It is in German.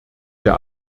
der